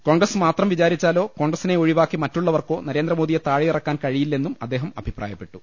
കോൺഗ്രസ് മാത്രം വിചാരിച്ചാലോ കോൺഗ്രസിനെ ഒഴി വാക്കി മറ്റുളളവർക്കോ നരേന്ദ്രമോദിയെ താഴെയിറക്കാൻ കഴി യില്ലെന്നും അദ്ദേഹം അഭിപ്രായപ്പെട്ടു